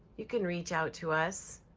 you can reach out to us.